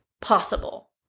possible